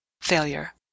Failure